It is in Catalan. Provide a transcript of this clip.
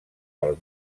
pel